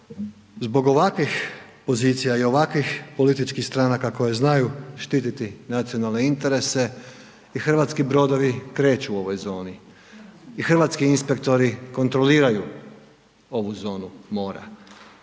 zbog ovakvih pozicija i ovakvih političkih stranaka koje znaju štiti nacionalne interese i hrvatski brodovi kreću u ovoj zoni i hrvatski inspektori kontroliraju ovu zonu mora.